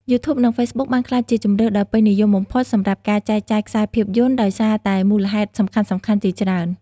យូធូប និង ហ្វេសប៊ុក បានក្លាយជាជម្រើសដ៏ពេញនិយមបំផុតសម្រាប់ការចែកចាយខ្សែភាពយន្ត ដោយសារតែមូលហេតុសំខាន់ៗជាច្រើន។